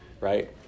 Right